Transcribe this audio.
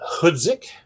Hudzik